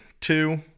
two